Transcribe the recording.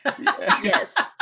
yes